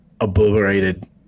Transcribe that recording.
obliterated